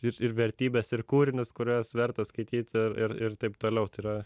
ir ir vertybes ir kūrinius kuriuos verta skaityti ir ir taip toliau tai yra